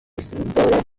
istruttore